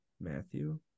matthew